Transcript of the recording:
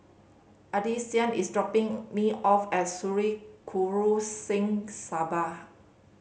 Addisyn is dropping me off at Sri Guru Singh Sabha